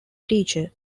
teacher